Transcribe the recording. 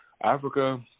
Africa